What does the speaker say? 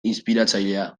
inspiratzailea